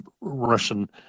Russian